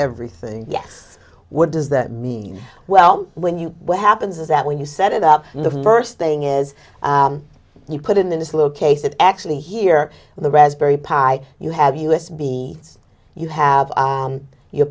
everything yes what does that mean well when you what happens is that when you set it up in the first thing is you put in this low case it actually here in the raspberry pi you have us be you have your